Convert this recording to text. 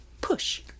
push